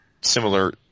similar